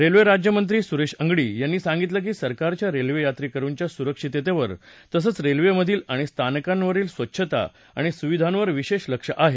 railway राज्यमंत्री सुरेश अंगडी यांनी सांगितलं की सरकारचा रेल्वेयात्रेकरुंच्या सुरक्षिततेवर तसंच रेल्वेमधील आणि स्थानकांवरील स्वच्छता आणि सुविधांवर विशेष लक्ष आहे